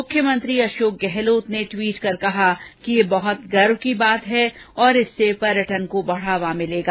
मुख्यमंत्री अशोक गहलोत ने ट्वीट कर कहा कि यह बहुत गर्व की बात है और इससे पर्यटन को बढ़ावा मिलेगा